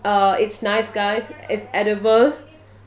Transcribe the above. uh it's nice guys it's edible